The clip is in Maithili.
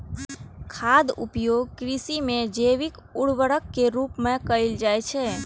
खादक उपयोग कृषि मे जैविक उर्वरक के रूप मे कैल जाइ छै